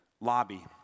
lobby